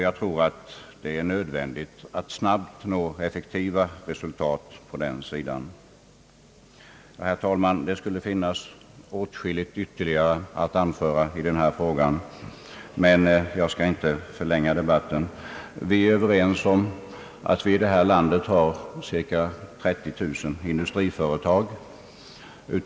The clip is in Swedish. Jag tror det är nödvändigt att snabbt nå effektiva resultat på detta område. Herr talman, det skulle finnas åtskilligt ytterligare att anföra i denna fråga, men jag skall inte förlänga debatten. Vi har i detta land cirka 30 000 industriföretag.